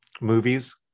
movies